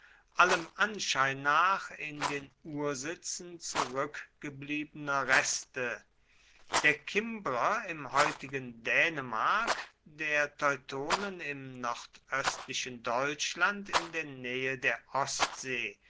allem anschein nach in den ursitzen zurückgebliebener reste der kimbrer im heutigen dänemark der teutonen im nordöstlichen deutschland in der nähe der ostsee